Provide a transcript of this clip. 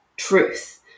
truth